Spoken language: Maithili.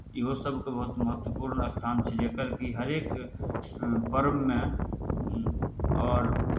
इहोसभके बहुत महत्वपूर्ण स्थान छै जकर कि हरेक पर्वमे आओर